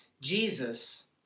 Jesus